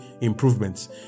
improvements